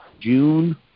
June